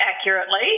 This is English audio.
accurately